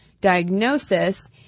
diagnosis